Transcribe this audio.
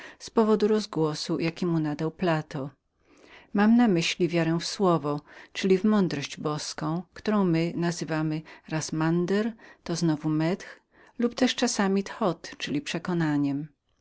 z powodu rozgłosu jaki mu nadał plato chcę wam mówić o wierze w słowo czyli w mądrość boską którą my nazywamy raz mander to znowu meth lub też czasami thot to jest przekonaniem